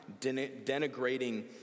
denigrating